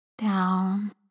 down